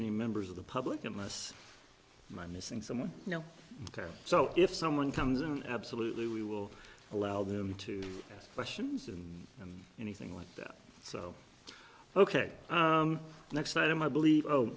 any members of the public unless my missing someone you know ok so if someone comes in absolutely we will allow them to questions and and anything like that so ok next item i believe